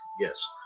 yes